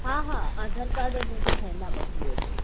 हा हा आधार कार्ड हिनजो ठहियलु आहे बबू जो